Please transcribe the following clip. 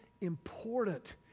important